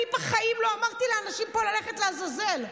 אני בחיים לא אמרתי לאנשים פה ללכת לעזאזל.